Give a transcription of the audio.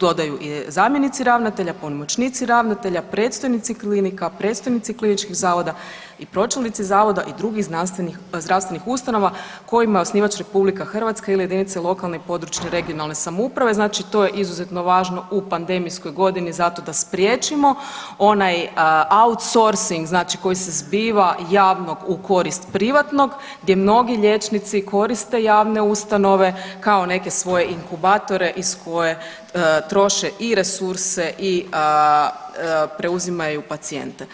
dodaju i zamjenici ravnatelja, pomoćnici ravnatelja, predstojnici klinika, predstojnici kliničkih zavoda i pročelnici zavoda i drugih zdravstvenih ustanova kojima je osnivač RH ili jedinice lokalne i područne (regionalne) samouprave, znači to je izuzetno važno u pandemijskoj godini zato da spriječimo onaj outsourcing znači koji se zbiva javnog u korist privatnog, gdje mnogi liječnici koriste javne ustanove kao neke svoje inkubatore iz koje troše i resurse i preuzimaju pacijente.